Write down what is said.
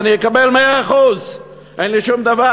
ואני אקבל 100%. אין לי שום דבר.